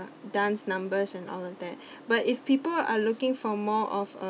dance numbers and all of that but if people are looking for more of a